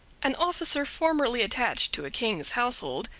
an officer formerly attached to a king's household,